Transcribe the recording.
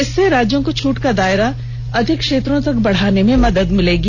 इससे राज्यों को छूट का दायरा अधिक क्षेत्रों तक बढ़ाने में मदद मिलेगी